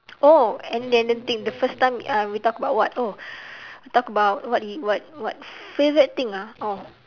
oh and then the thing the first time uh we talk about what oh talk about what what what favourite thing ah oh